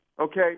okay